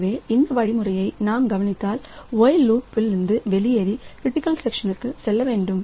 எனவே இந்த வழிமுறையை நாம் கவனித்தால் ஒயில்லூப்பில் வெளியேறி கிரிட்டிக்கல் செக்ஷன்குல் வேண்டும்